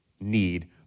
need